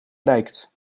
lijkt